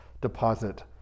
deposit